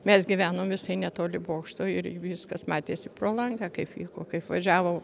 mes gyvenomevisai netoli bokšto ir viskas matėsi pro langą kaip vi kaip važiavo